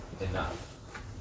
enough